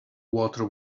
water